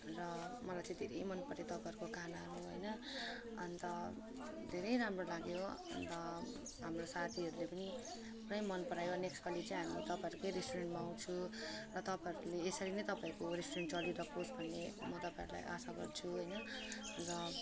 र मलाई चाहिँ धेरै मन पऱ्यो तपाईँहरूको खानाहरू हैन अन्त धेरै राम्रो लाग्यो अन्त हाम्रो साथीहरूले पनि पुरै मन परायो नेक्स्ट पालि चाहिँ हामीहरू तपाईँकै रेस्टुरेन्टमा आउँछु र तपाईँहरूले यसरी नै तपाईँहरूको रेस्टुरेन्ट चलिरहोस् भन्ने म तपाईँहरूलाई आशा गर्छु होइन र